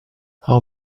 how